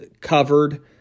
covered